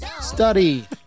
Study